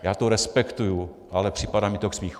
Já to respektuji, ale připadá mi to k smíchu.